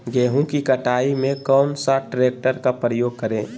गेंहू की कटाई में कौन सा ट्रैक्टर का प्रयोग करें?